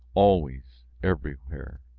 always, everywhere,